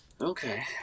Okay